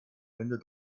ende